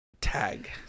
Tag